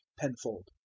Penfold